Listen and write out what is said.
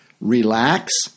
relax